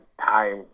time